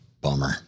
Bummer